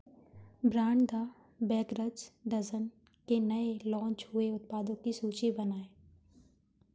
brand the beggars dozen के नए launch हुए उत्पादो की सूची बनाएँ